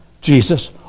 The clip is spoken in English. Jesus